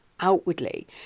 outwardly